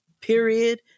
period